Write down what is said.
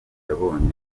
yabonye